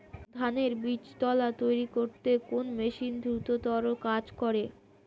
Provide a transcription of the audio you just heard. ধানের বীজতলা তৈরি করতে কোন মেশিন দ্রুততর কাজ করে?